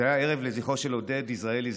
זה היה ערב לזכרו של עודד יזרעאלי,